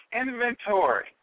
inventory